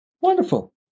Wonderful